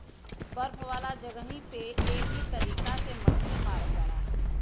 बर्फ वाला जगही पे एह तरीका से मछरी मारल जाला